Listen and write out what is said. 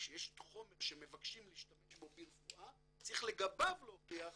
כשיש חומר שמבקשים להשתמש בו ברפואה צריך לגביו להוכיח